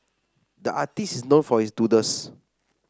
the artist is known for his doodles